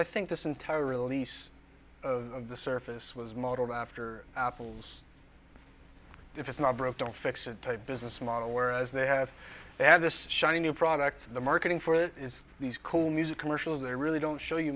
i think this entire release of the surface was modeled after apple's if it's not broke don't fix it type business model where as they have they have this shiny new product the marketing for these cool music commercials they really don't show you